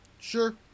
Sure